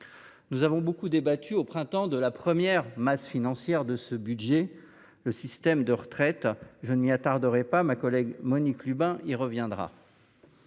Nous avons beaucoup débattu, au printemps, de la première masse financière de ce budget, le système de retraite. Je ne m’y attarderai pas : ma collègue Monique Lubin y reviendra.